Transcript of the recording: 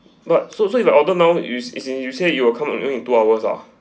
but so so if I order now you you say as in you will come in two hours ah